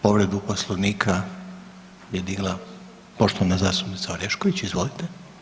Povredu Poslovnika je digla poštovana zastupnica Orešković, izvolite.